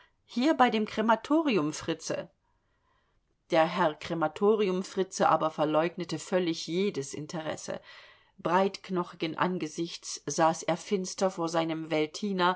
hier bei dem krematoriumfritze der herr krematoriumfritze aber verleugnete völlig jedes interesse breitknochigen angesichts saß er finster vor seinem